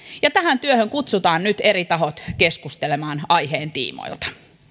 ja tähän työhön kutsutaan nyt eri tahot keskustelemaan aiheen tiimoilta